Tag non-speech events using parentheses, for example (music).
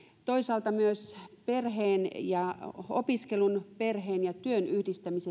toisaalta ollaanko myös perheen ja opiskelun tai perheen ja työn yhdistämiseen (unintelligible)